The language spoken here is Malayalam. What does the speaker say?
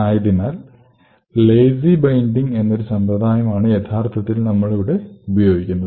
ആയതിനാൽ ലേസി ബൈൻഡിങ് എന്നൊരു സമ്പ്രദായമാണ് യഥാർത്ഥത്തിൽ നമ്മൾ ഇവിടെ ഉപയോഗിക്കുന്നത്